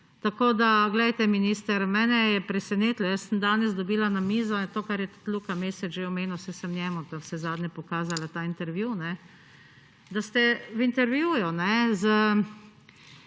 Tako glejte, minister, mene je presenetilo. Danes sem dobila na mizo to, kar je tudi Luka Mesec že omenil, saj sem njemu navsezadnje pokazala ta intervju, da ste v intervjuju z